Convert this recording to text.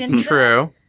True